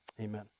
Amen